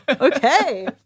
okay